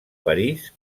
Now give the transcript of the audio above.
parís